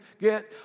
get